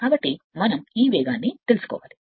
కాబట్టి మనం ఈ వేగాన్ని తెలుసుకోవాలి